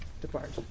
depart